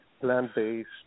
plant-based